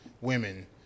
women